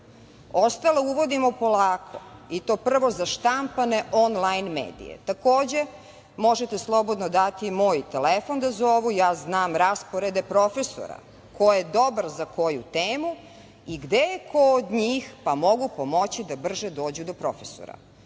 Ostale uvodimo polako i to prvo za štampane, onlajn medije. Takođe, možete slobodno dati moj telefon da zovu, ja znam rasporede profesora koji je dobar za koju temu i gde je ko od njih, pa mogu pomoći da brže dođu do profesora. Što